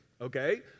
okay